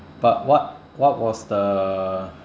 but what what was the